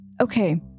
okay